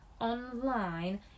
online